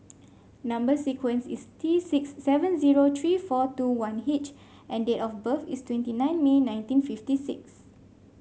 number sequence is T six seven zero three four two one H and date of birth is twenty nine May nineteen fifty six